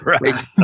Right